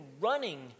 running